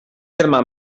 germà